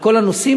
כאילו נמצאים